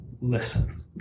listen